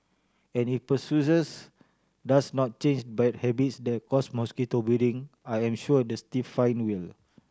and if persuasions does not change bad habits that cause mosquito breeding I am sure a stiff fine will